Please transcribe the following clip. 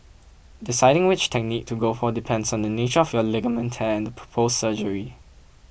deciding which technique to go for depends on the nature of your ligament tear and the proposed surgery